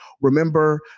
Remember